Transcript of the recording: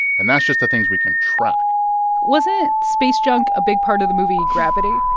and that's just the things we can track wasn't space junk a big part of the movie gravity?